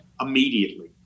immediately